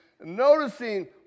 Noticing